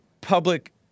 public